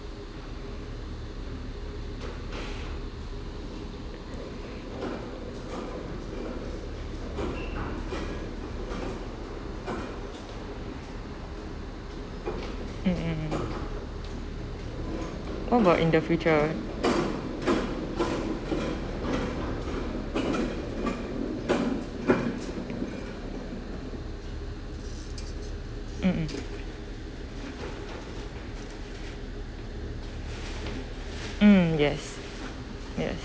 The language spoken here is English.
mm mm mm what about in the future mm mm mm yes yes